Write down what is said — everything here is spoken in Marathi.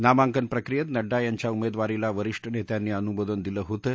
नामांकन प्रक्रियेत नड्डा यांच्या उमेदवारीला वरीष्ठ नेत्यांनी अनुमोदन दिलं होतं